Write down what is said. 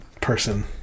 person